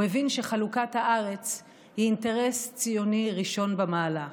הוא הבין שחלוקת הארץ היא אינטרס ציוני ראשון במעלה.